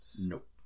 Nope